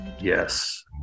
Yes